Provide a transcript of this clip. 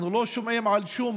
אנחנו לא שומעים על שום